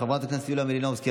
חברת הכנסת יוליה מלינובסקי,